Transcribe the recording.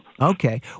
Okay